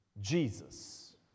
Jesus